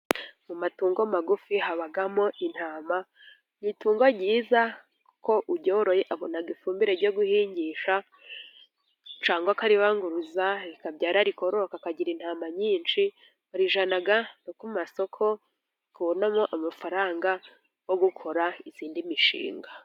Mu matungo magufi habamo intama. Ni itungo ryiza kuko uryoroye abona ifumbire ryo guhingisha cyangwa akaribanguriza rikabyara akagira intama nyinshi akarijyana no ku masoko ukabonamo amafaranga yo gukora indi mishinga.